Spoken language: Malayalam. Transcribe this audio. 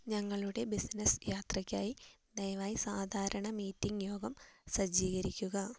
ഞങ്ങളുടെ ബിസിനസ്സ് യാത്രയ്ക്കായി ദയവായി സാധാരണ മീറ്റിംഗ് യോഗം സജ്ജീകരിക്കുക